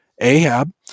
Ahab